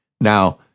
Now